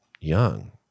Young